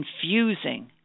confusing